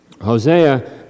Hosea